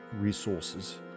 resources